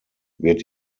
wird